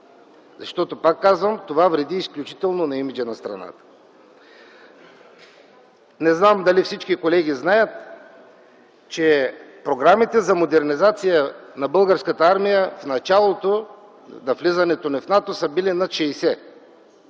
договори. Пак казвам, това вреди изключително на имиджа на страната. Не знам дали всички колеги знаят, че програмите за модернизация на Българската армия в началото на влизането ни в НАТО са били над 60.